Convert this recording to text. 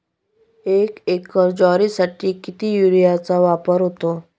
एक एकर ज्वारीसाठी किती युरियाचा वापर होतो?